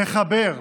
לחבר,